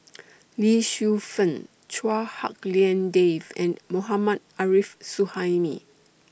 Lee Shu Fen Chua Hak Lien Dave and Mohammad Arif Suhaimi